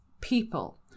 people